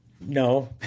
No